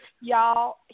Y'all